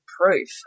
proof